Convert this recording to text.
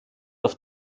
auf